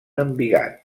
embigat